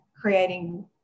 creating